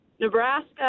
Nebraska